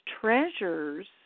Treasures